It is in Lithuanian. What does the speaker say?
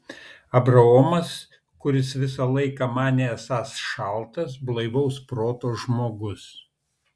abraomas kuris visą laiką manė esąs šaltas blaivaus proto žmogus